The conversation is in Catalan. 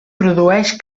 produeix